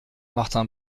martin